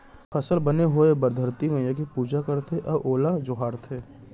फसल बने होए बर धरती मईया के पूजा करथे अउ ओला जोहारथे